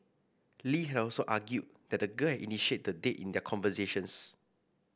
lee had also argued that the girl had initiated the date in their conversations